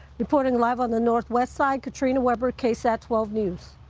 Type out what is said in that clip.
reporting live on the northwest side, katrina webber, ksat twelve news